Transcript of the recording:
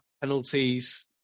penalties